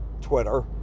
Twitter